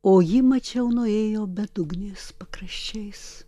o ji mačiau nuėjo bedugnės pakraščiais